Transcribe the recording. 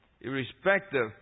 Irrespective